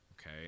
okay